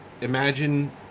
imagine